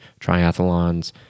triathlons